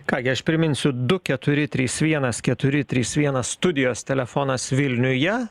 ką gi aš priminsiu du keturi trys vienas keturi trys vienas studijos telefonas vilniuje